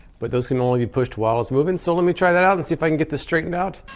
but those can only be pushed while it's moving so let me try that out and see if i can get this straightened out.